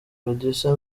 producer